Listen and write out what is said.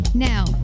Now